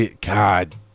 God